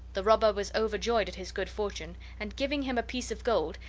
the robber was overjoyed at his good fortune, and, giving him a piece of gold,